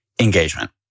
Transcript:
engagement